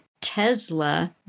Tesla